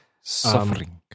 Suffering